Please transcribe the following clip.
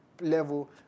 level